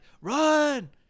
run